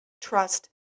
trust